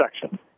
section